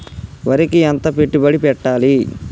వరికి ఎంత పెట్టుబడి పెట్టాలి?